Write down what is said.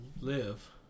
live